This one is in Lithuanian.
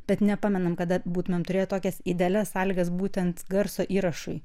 bet nepamenam kada būtumėm turėję tokias idealias sąlygas būtent garso įrašui